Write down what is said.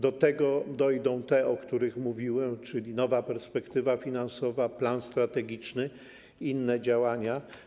Do tego dojdą te, o których mówiłem, czyli nowa perspektywa finansowa, plan strategiczny i inne działania.